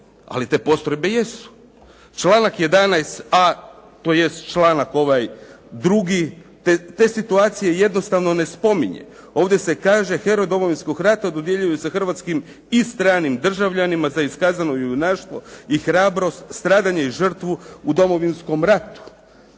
Ali te postrojbe jesu. Članak 11.a tj. članak ovaj drugi te situacije jednostavno ne spominje. Ovdje se kaže: "Heroj Domovinskog rata" dodjeljuje se hrvatskim i stranim državljanima za iskazano junaštvo i hrabrost, stradanje i žrtvu u Domovinskom ratu.